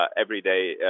everyday